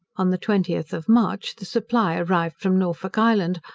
on the twentieth of march, the supply arrived from norfolk island,